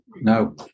no